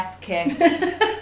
kicked